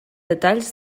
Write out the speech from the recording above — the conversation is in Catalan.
detalls